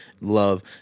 love